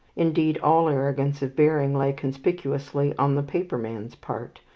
indeed, all arrogance of bearing lay conspicuously on the paperman's part.